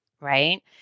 Right